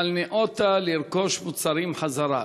אבל ניאותה לרכוש מוצרים חזרה.